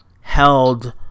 held